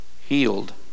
Healed